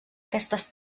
aquestes